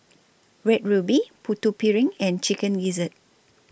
Red Ruby Putu Piring and Chicken Gizzard